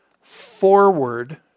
forward